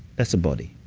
that's a body,